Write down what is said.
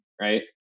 right